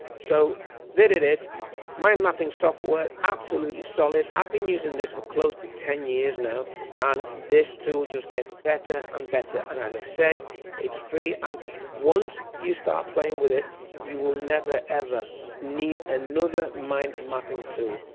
so there it is mind mapping software, absolutely solid. i've been using this for close to ten years now and this tool just gets better and better and as i say it's free and once you start playing with it you will never ever need another mind mapping tool.